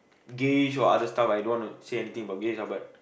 gays or other stuff I don't wanna say anything about gays ah but